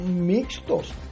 mixtos